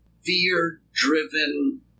fear-driven